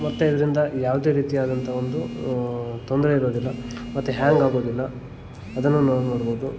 ಮತ್ತು ಇದರಿಂದ ಯಾವುದೇ ರೀತಿಯಾದಂಥ ಒಂದು ತೊಂದರೆ ಇರೋದಿಲ್ಲ ಮತ್ತು ಹ್ಯಾಂಗ್ ಆಗೋದಿಲ್ಲ ಅದನ್ನು ನಾವು ನೋಡ್ಬೋದು